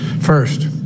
First